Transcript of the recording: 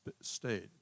state